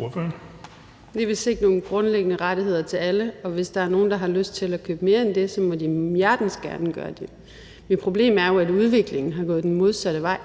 det? Kl. 11:04 Den fg. formand (Erling Bonnesen): Ordføreren. Kl. 11:04 Pernille Skipper (EL): Vi vil se nogle grundlæggende rettigheder til alle, og hvis der er nogen, der har lyst til at købe mere end det, så må de hjertens gerne gøre det. Men problemet er jo, at udviklingen er gået den modsatte vej.